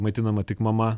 maitinama tik mama